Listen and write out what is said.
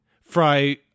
Fry